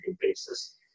basis